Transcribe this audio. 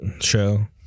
show